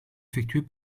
effectués